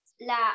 la